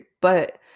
but-